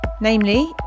namely